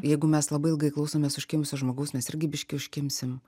jeigu mes labai ilgai klausomės užkimusio žmogaus mes irgi biški užkimsim